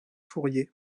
fourier